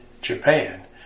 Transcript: Japan